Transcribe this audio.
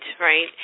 right